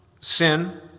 sin